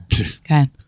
Okay